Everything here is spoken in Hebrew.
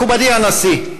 מכובדי הנשיא,